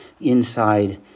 inside